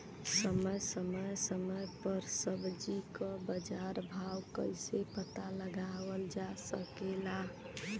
समय समय समय पर सब्जी क बाजार भाव कइसे पता लगावल जा सकेला?